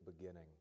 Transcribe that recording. beginning